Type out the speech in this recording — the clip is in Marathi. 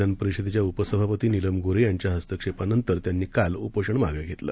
विधानपरिषदेच्या उपसभापती नीलम गोन्हे यांच्या हस्तक्षेपानंतर त्यांनी काल उपोषण मागे घेतलं